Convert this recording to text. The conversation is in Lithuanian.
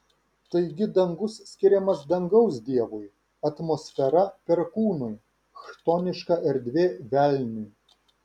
taigi dangus skiriamas dangaus dievui atmosfera perkūnui chtoniška erdvė velniui